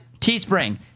Teespring